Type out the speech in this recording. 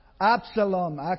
Absalom